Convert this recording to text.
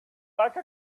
like